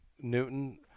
Newton